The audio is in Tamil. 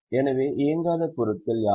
எனவே இயங்காத பொருட்கள் யாவை